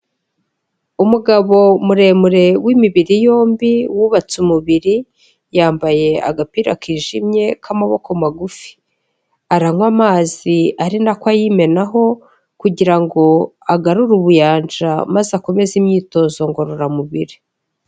Umugabo muremure w'imibiri yombi wubatse umubiri, yambaye agapira kijimye k'amaboko magufi, aranywa amazi ari nako ayimenaho kugira ngo agarure ubuyanja maze akomeze imyitozo ngororamubiri.